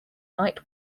night